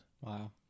Wow